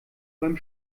beim